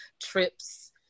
trips